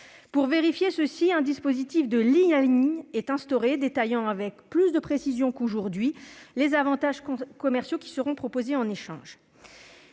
Pour vérifier ceux-ci, un dispositif de « ligne à ligne » est instauré, détaillant avec plus de précision qu'aujourd'hui les avantages commerciaux proposés en échange.